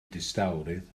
distawrwydd